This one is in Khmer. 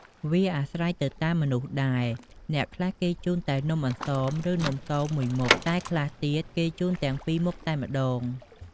វាអាស្រ័យទៅតាមមនុស្សដែរ អ្នកខ្លះគេជូនតែនំអន្សម ឬ នំគមមួយមុខ តែខ្លះទៀតគេជូនទាំងពីរមុខតែម្ដង។